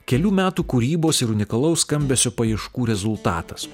kelių metų kūrybos ir unikalaus skambesio paieškų rezultatas